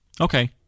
Okay